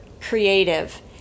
creative